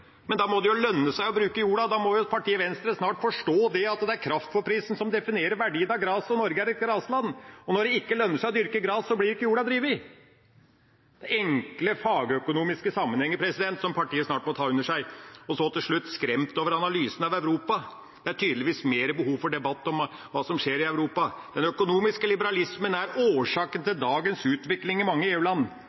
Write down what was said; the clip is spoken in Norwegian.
Men da må det jo lønne seg å bruke jorda. Da må partiet Venstre snart forstå at det er kraftfôrprisen som definerer verdien av gras, og Norge er et grasland. Og når det ikke lønner seg å dyrke gras, blir ikke jorda drevet. Det er enkle fagøkonomiske sammenhenger som partiet snart må ta til seg. Og til slutt: skremt over analysen av Europa – det er tydeligvis mer behov for debatt om hva som skjer i Europa. Den økonomiske liberalismen er årsaken til dagens utvikling i mange